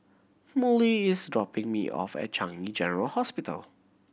Mollie is dropping me off at Changi General Hospital